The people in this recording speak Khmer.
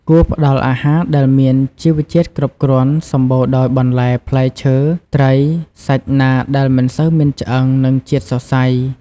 គួរផ្ដល់អាហារដែលមានជីវជាតិគ្រប់គ្រាន់ សម្បូរដោយ បន្លែ ផ្លែឈើ ត្រី សាច់ណាដែលមិនសូវមានឆ្អឹង និងជាតិសរសៃ។